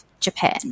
Japan